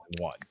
one